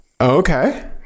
okay